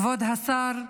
כבוד השר,